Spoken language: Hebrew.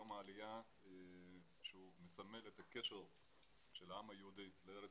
יום העלייה שהוא מסמל את הקשר של העם היהודי לארץ